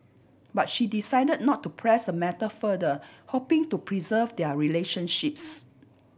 but she decide not to press the matter further hoping to preserve their relationships